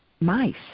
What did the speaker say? mice